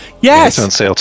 Yes